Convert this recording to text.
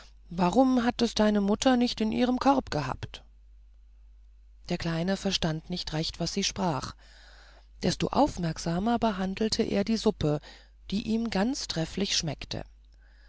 warum hat es deine mutter nicht in ihrem korb gehabt der kleine verstand nicht recht was sie sprach desto aufmerksamer behandelte er die suppe die ihm ganz trefflich schmeckte